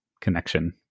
connection